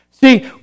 See